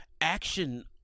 Action